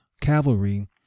cavalry